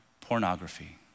pornography